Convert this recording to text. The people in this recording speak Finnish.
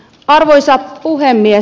arvoisa puhemies